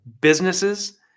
businesses